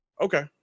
Okay